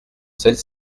celle